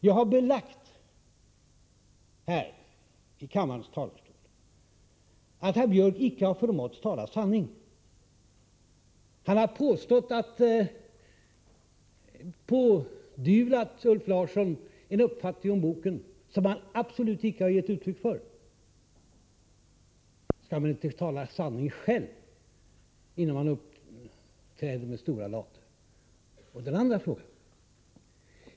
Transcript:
Jag har i kammarens talarstol belagt att herr Björck icke har förmåtts tala sanning. Han har pådyvlat Ulf Larsson en uppfattning om boken som denne absolut icke har gett uttryck för. Jag frågar: Skall man inte tala sanning själv, innan man uppträder med stora later? Så till min andra fråga.